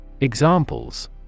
Examples